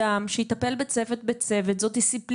בזום, בבקשה.